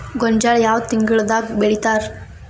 ಗೋಂಜಾಳ ಯಾವ ತಿಂಗಳದಾಗ್ ಬೆಳಿತಾರ?